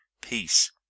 peace